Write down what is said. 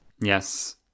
yes